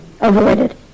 avoided